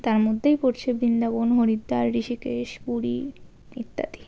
তার মধ্যেই পড়ছে বৃন্দাবন হরিদ্বার হৃষীকেশ পুরী ইত্যাদি